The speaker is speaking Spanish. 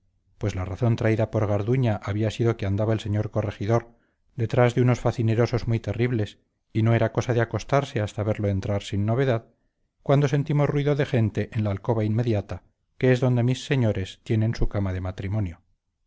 pues la razón traída por garduña había sido que andaba el señor corregidor detrás de unos facinerosos terribles y no era cosa de acostarse hasta verlo entrar sin novedad cuando sentimos ruido de gente en la alcoba inmediata que es donde mis señores tienen su cama de matrimonio